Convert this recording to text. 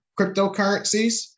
cryptocurrencies